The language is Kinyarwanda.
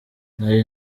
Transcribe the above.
nari